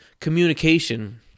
communication